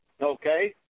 Okay